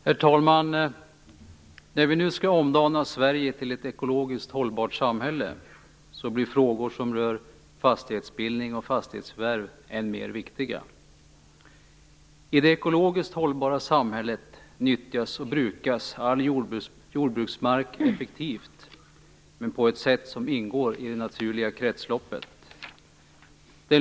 Herr talman! När vi nu skall omdana Sverige till ett ekologiskt hållbart samhälle blir frågor som rör fastighetsbildning och fastighetsförvärv än mer viktiga. I det ekologiskt hållbara samhället nyttjas och brukas all jordbruksmark effektivt men på ett sätt som ingår i det naturliga kretsloppet.